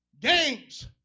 Games